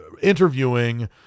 interviewing